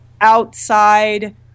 outside